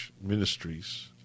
Ministries